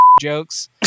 jokes